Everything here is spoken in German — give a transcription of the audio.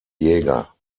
jäger